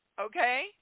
Okay